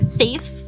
safe